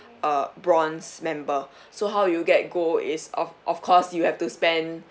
uh bronze member so how do you get gold is of of course you have to spend